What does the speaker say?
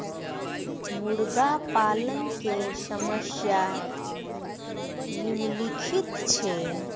मुर्गा पालन के समस्या निम्नलिखित छै